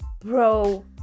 bro